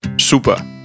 super